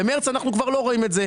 במרץ, אנחנו כבר לא רואים את זה.